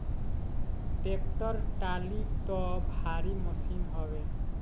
tractor trolley तअ भारी मशीन हवे